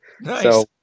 Nice